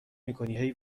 میکنی